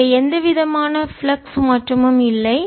எனவே எந்தவிதமான ஃப்ளக்ஸ் மாற்றமும் இல்லை